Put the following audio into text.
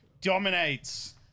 dominates